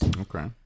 Okay